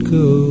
go